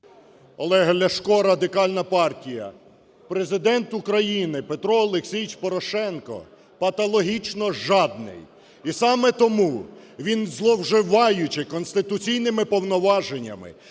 Олег Ляшко, Радикальна партія. Президент України Петро Олексійович Порошенко патологічно жадний. І саме тому він, зловживаючи конституційними повноваженнями,